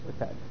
Okay